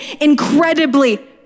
incredibly